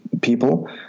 people